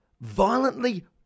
violently